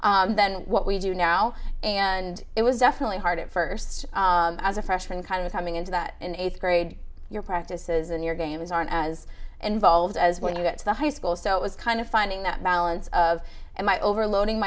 practices than what we do now and it was definitely hard at first as a freshman kind of coming into that in eighth grade your practices and your games aren't as involved as when you get to the high school so it was kind of finding that balance of my overloading